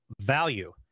value